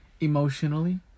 emotionally